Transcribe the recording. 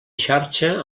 xarxa